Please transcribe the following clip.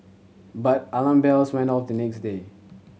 but alarm bells went off the next day